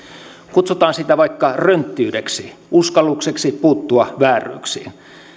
kutsutaan sitä vaikka rönttiydeksi uskallukseksi puuttua vääryyksiin